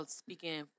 speaking